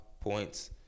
points